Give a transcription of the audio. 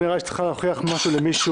לא נראה לי שהיא צריכה להוכיח משהו למישהו.